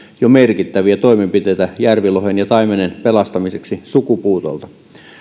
jo merkittäviä toimenpiteitä järvilohen ja taimenen pelastamiseksi sukupuutolta